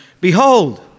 Behold